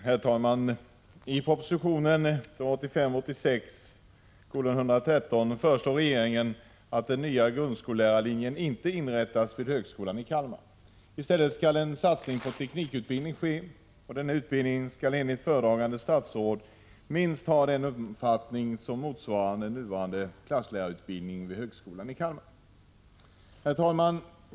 Herr talman! I proposition 1985/86:113 föreslår regeringen att en ny grundskollärarlinje inte skall inrättas vid högskolan i Kalmar. I stället skall en satsning på teknikutbildning ske. Denna utbildning skall enligt föredragande statsråd ha minst den omfattning som motsvarar nuvarande klasslärarutbildning vid högskolan i Kalmar. Herr talman!